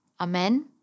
Amen